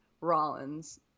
Rollins